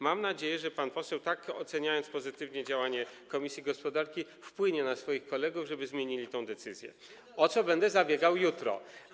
Mam nadzieję, że pan poseł, pozytywnie oceniający działanie komisji gospodarki, wpłynie na swoich kolegów, żeby zmienili tę decyzję, o co będę zabiegał jutro.